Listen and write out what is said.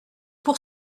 pour